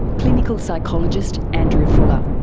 clinical psychologist andrew fuller.